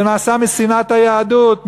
זה נעשה משנאת היהדות,